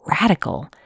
radical